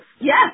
Yes